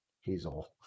Hazel